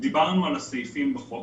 דיברנו על הסעיפים בחוק.